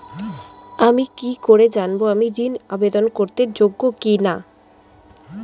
আমি কি করে জানব আমি ঋন আবেদন করতে যোগ্য কি না?